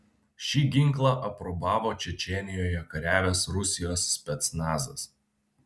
šį ginklą aprobavo čečėnijoje kariavęs rusijos specnazas